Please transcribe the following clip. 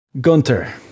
Gunter